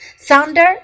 thunder